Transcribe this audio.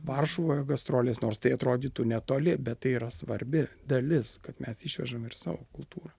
varšuvoje gastrolės nors tai atrodytų netoli bet tai yra svarbi dalis kad mes išvežam ir savo kultūrą